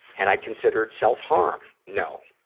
had i considered self-harm? no.